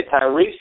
Tyrese